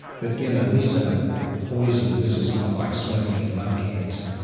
but you know these aren't poison, this is not like smoking and lung cancer.